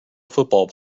football